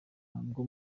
ntabwo